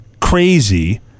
crazy-